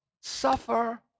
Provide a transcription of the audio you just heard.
suffer